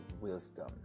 wisdom